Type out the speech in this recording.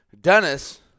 Dennis